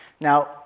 Now